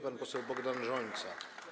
Pan poseł Bogdan Rzońca.